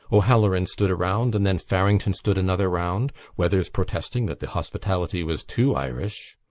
o'halloran stood a round and then farrington stood another round, weathers protesting that the hospitality was too irish.